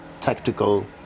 tactical